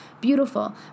Beautiful